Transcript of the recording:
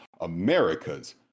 America's